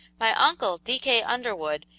my uncle, d. k. underwood,